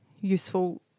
useful